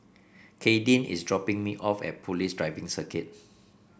Kadyn is dropping me off at Police Driving Circuit